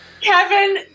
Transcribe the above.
Kevin